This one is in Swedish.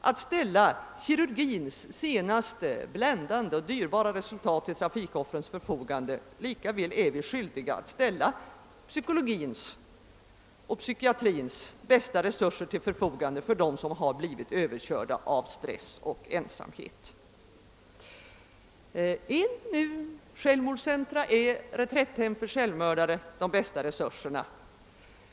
att ställa kirurgins senaste, bländande och dyrbara resultat till trafikoffrens förfogande är vi skyldiga att ställa psykologins och psykiatrins bästa resurser till förfogande för dem som har blivit överkörda av stress och ensamhet. Är då självmordscentra och reträtthem för självmördare de bästa resurserna?